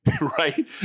right